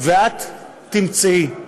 ואת תמצאי,